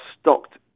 stocked